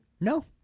No